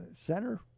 Center